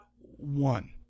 one